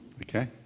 Okay